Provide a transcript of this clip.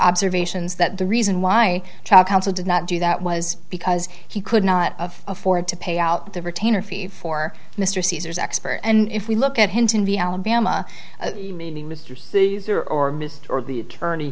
observations that the reason why trial counsel did not do that was because he could not afford to pay out the retainer fee for mr caesar's expert and if we look at hinton v alabama meaning mr caesar or mist or the attorney